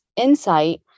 insight